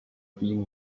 being